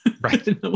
Right